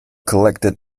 collected